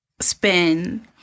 spend